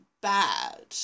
bad